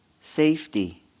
Safety